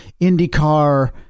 IndyCar